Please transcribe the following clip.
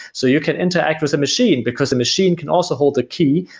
so you can interact with a machine, because the machine can also hold the key